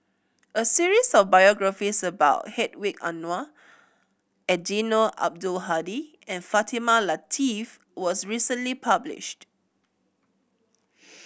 a series of biographies about Hedwig Anuar Eddino Abdul Hadi and Fatimah Lateef was recently published